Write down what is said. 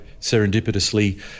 serendipitously